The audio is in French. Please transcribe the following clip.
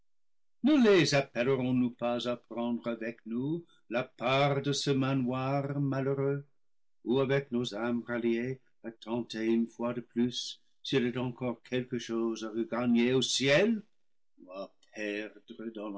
ne les appellerons nous pas à prendre avec nous la part de ce manoir malheureux ou avec nos armes ralliés à tenter une fois de plus s'il est encore quelque chose à regagner au ciel